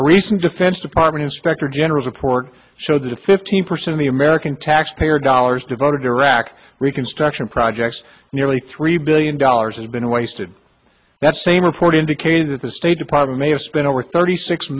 a recent defense department inspector general's report showed that fifteen percent of the american taxpayer dollars devoted to iraq reconstruction projects nearly three billion dollars has been wasted that same report indicated that the state department may have spent over thirty six